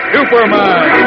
Superman